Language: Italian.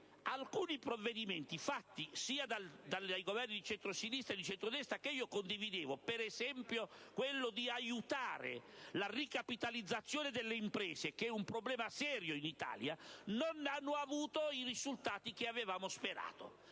alcuni provvedimenti elaborati sia dai Governi di centrosinistra che da quelli di centrodestra, che io condividevo (per esempio quello volto ad aiutare la ricapitalizzazione delle imprese, che è un problema serio in Italia) non hanno avuto i risultati che avevamo sperato.